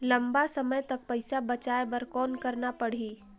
लंबा समय तक पइसा बचाये बर कौन करना पड़ही?